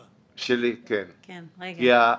רגע,